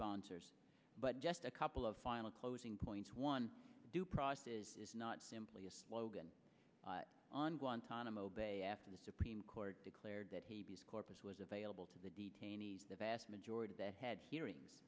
sponsors but just a couple of final closing points one due process is not simply a slogan on guantanamo bay after the supreme court declared that corpus was available to the detainees the vast majority that had hearings